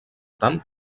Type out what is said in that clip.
tant